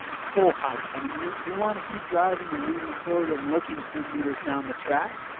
full height. i mean you you want to keep driving and leaning forward and looking ten meters down the track.